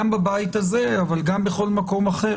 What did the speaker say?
גם בבית הזה, אבל גם בכל מקום אחר